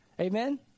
Amen